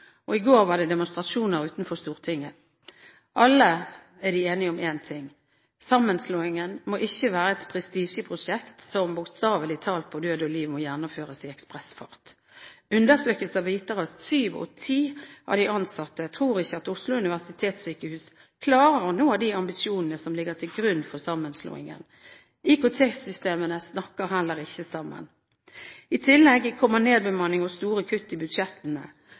og i går var det demonstrasjoner utenfor Stortinget. Alle er enige om én ting: Sammenslåingen må ikke være et prestisjeprosjekt som bokstavelig talt «på død og liv» må gjennomføres i ekspressfart. Undersøkelser viser at syv av ti av de ansatte ikke tror at Oslo universitetssykehus klarer å nå de ambisjonene som ligger til grunn for sammenslåingen. IKT-systemene snakker heller ikke sammen. I tillegg kommer nedbemanning og store kutt i budsjettene.